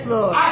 Lord